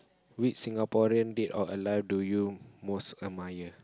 which Singaporean dead or alive do you most admire